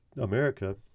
America